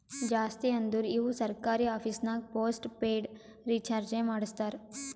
ಜಾಸ್ತಿ ಅಂದುರ್ ಇವು ಸರ್ಕಾರಿ ಆಫೀಸ್ನಾಗ್ ಪೋಸ್ಟ್ ಪೇಯ್ಡ್ ರೀಚಾರ್ಜೆ ಮಾಡಸ್ತಾರ